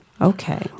Okay